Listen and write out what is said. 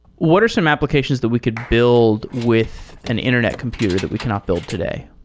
what are some applications that we could build with an internet computer that we cannot build today?